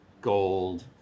gold